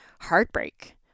heartbreak